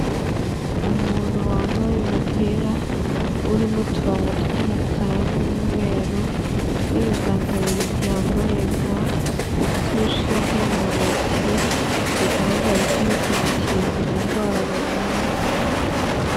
Umuntu wambaye umupira urimo uturongo tw'umukara n'umweru n'ibiganza bibiri byambaye ga bifite urushinge mu ntoki, bigaragare ko ari kumukingira indwara runaka.